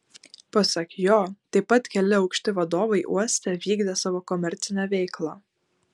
pasak jo taip pat keli aukšti vadovai uoste vykdė savo komercinę veiklą